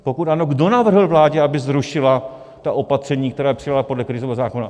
Pokud ano, kdo navrhl vládě, aby zrušila opatření, která přijala podle krizového zákona?